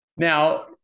Now